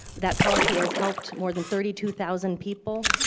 that policy has helped more than thirty two thousand people.